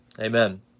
Amen